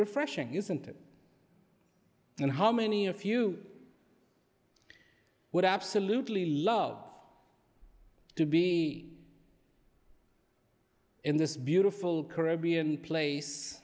refreshing isn't it and how many a few would absolutely love to be in this beautiful caribbean place